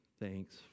thanks